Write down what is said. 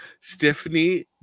Stephanie